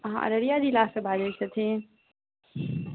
हँ अररिया जिलासँ बाजैत छथिन